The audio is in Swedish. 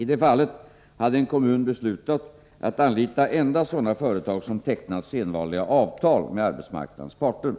I det fallet hade en kommun beslutat att anlita endast sådana företag som tecknat sedvanliga avtal med arbetsmarknadens parter.